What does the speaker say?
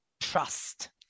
Trust